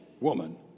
woman